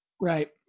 Right